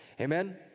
Amen